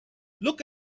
look